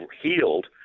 healed